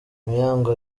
muyango